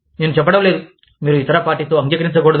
నేను చెప్పడం లేదు మీరు ఇతర పార్టీతో అంగీకరించకూడదు